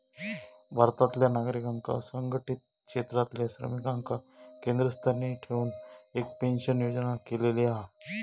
भारतातल्या नागरिकांका असंघटीत क्षेत्रातल्या श्रमिकांका केंद्रस्थानी ठेऊन एक पेंशन योजना केलेली हा